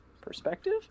perspective